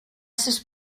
sus